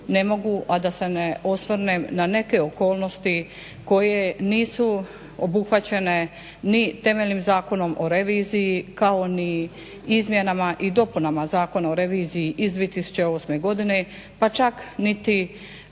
ne mogu a da se ne osvrnem na neke okolnosti koje nisu obuhvaćene ni temeljnim Zakonom o reviziji kao ni izmjenama i dopunama Zakona o reviziji iz 2008.godine pa čak niti